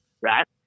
right